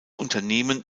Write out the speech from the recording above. unternehmen